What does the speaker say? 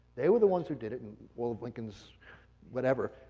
they were the ones who did it and all of lincoln's whatever.